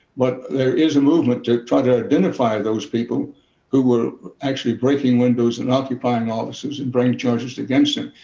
but there is a movement to try to identify those people who were actually breaking windows and occupying offices and bring charges against them.